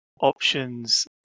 options